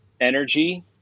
Energy